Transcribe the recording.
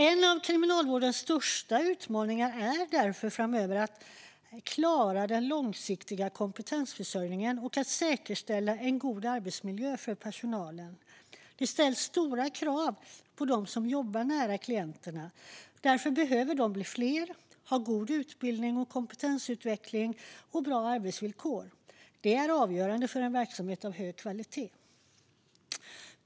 En av kriminalvårdens största utmaningar framöver är att klara den långsiktiga kompetensförsörjningen och att säkerställa en god arbetsmiljö för personalen. Det ställs stora krav på dem som jobbar nära klienterna, och därför behöver de bli fler, ha god utbildning och kompetensutveckling samt bra arbetsvillkor. Det är avgörande för en verksamhet av hög kvalitet.